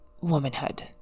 womanhood